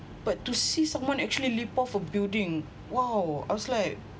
but to see someone actually leap off a building !wow! I was like